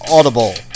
Audible